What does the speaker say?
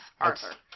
Arthur